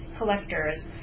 collectors